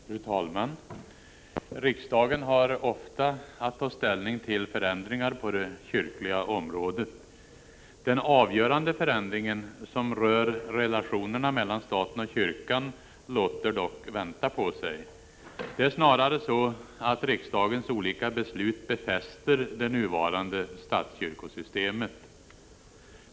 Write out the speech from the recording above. Fru talman! Riksdagen har ofta att ta ställning till förändringar på det kyrkliga området. Den avgörande förändringen som rör relationerna mellan staten och kyrkan låter dock vänta på sig. Det är snarare så, att riksdagens olika beslut befäster det nuvarande statskyrkosystemet.